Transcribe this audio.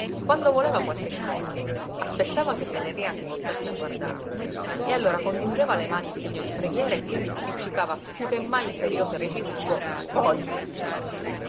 quando voleva qualche cosa aspettava che venerina si voltasse a guardarlo e allora congiungeva le mani in segno di preghiera e quindi spiccicava piú che mai imperioso e reciso il suo voglio